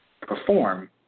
perform